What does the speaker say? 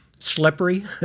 slippery